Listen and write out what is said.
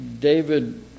David